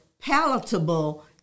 palatable